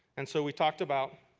and so we talked about